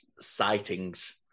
sightings